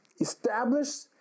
established